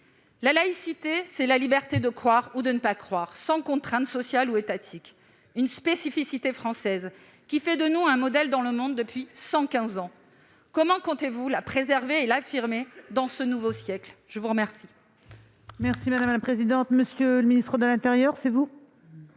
La laïcité est la liberté de croire ou de ne pas croire, sans contrainte sociale ni étatique. C'est une spécificité française qui fait de nous un modèle dans le monde depuis cent quinze ans. Comment comptez-vous la préserver et l'affirmer dans ce nouveau siècle ? La parole